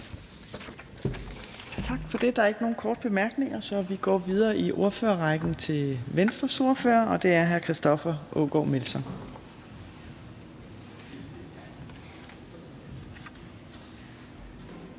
Tak for det. Der er ikke nogen korte bemærkninger, så vi går videre i ordførerrækken til Venstres ordfører, og det er hr. Christoffer Aagaard Melson.